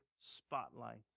spotlight